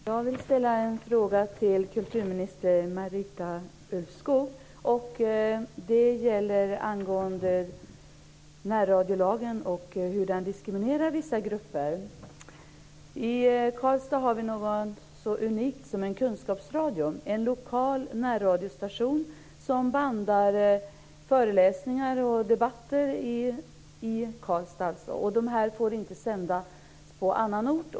Herr talman! Jag vill ställa en fråga till kulturminister Marita Ulvskog. Det gäller närradiolagen och hur den diskriminerar vissa grupper. I Karlstad har vi något så unikt som en kunskapsradio. Det är en lokal närradiostation som bandar föreläsningar och debatter i Karlstad. Dessa får inte sändas på annan ort.